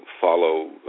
follow